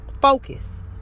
Focus